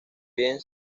bien